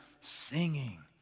singing